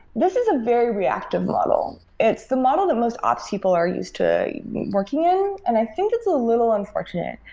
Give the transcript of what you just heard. this is a very reactive model. it's the model that most ops people are used to working in, and i think it's a little unfortunate.